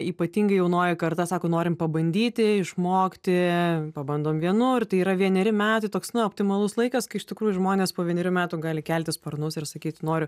ypatingai jaunoji karta sako norim pabandyti išmokti pabandom vienur tai yra vieneri metai toks na optimalus laikas kai iš tikrųjų žmonės po vienerių metų gali kelti sparnus ir sakyti noriu